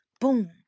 boom